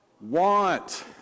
want